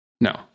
No